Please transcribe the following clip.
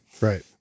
Right